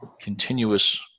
continuous